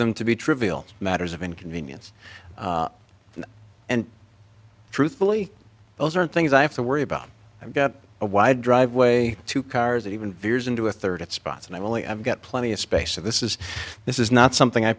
them to be trivial matters of inconvenience and truthfully those are things i have to worry about i've got a wide driveway two cars even veers into a third spot and i really i've got plenty of space of this is this is not something i